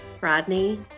Rodney